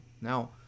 Now